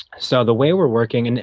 so the way we're working, and